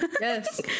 Yes